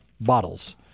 bottles